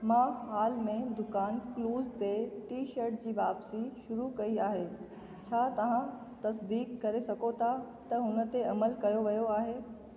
मां हाल में दुकान क्लूज़ ते टी शर्ट जी वापसी शुरू कई आहे छा तव्हां तसदीक़ करे सघो था त उन ते अमल कयो वियो आहे